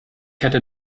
hätte